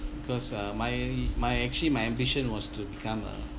because uh my my actually my ambition was to become a